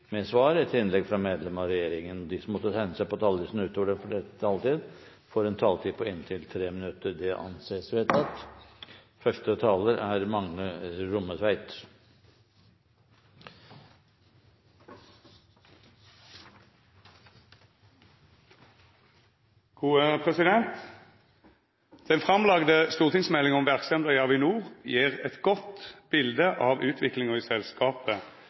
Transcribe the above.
med svar etter innlegg fra medlem av regjeringen innenfor den fordelte taletid. Videre blir det foreslått at de som måtte tegne seg på talerlisten utover den fordelte taletid, får en taletid på inntil 3 minutter. – Det anses vedtatt. Den framlagde stortingsmeldinga om verksemda i Avinor gjev eit godt bilete av utviklinga i selskapet